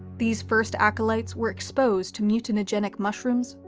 these first acolytes were exposed to mutagenic mushrooms,